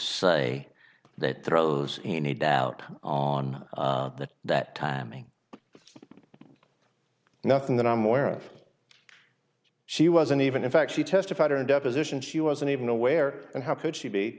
say that throws any doubt on that that timing nothing that i'm aware of she wasn't even in fact she testified in a deposition she wasn't even aware and how could she be